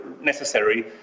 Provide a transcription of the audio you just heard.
necessary